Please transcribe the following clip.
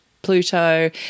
Pluto